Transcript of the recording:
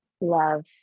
love